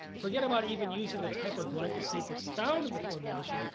forget about even using the type of glyphosate that's found in the formulation.